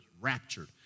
raptured